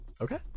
Okay